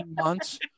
months